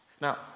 Now